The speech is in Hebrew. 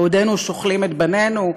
בעודנו שוכלים את בנינו,